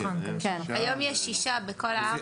היום יש שישה בכל הארץ.